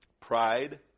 Pride